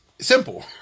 simple